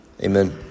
Amen